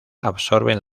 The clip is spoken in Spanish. absorben